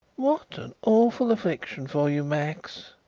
what an awful affliction for you, max.